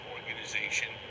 Organization